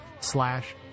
slash